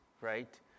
right